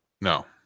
No